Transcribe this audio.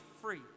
free